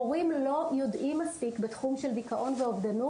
הורים לא יודעים מספיק בתחום של אובדנות